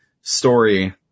story